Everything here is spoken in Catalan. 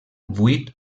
vuit